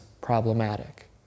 problematic